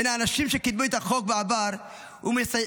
בין האנשים שקידמו את החוק בעבר ומסייעים